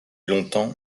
longtemps